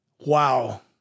wow